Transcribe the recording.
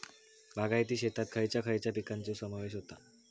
बागायती शेतात खयच्या खयच्या पिकांचो समावेश होता?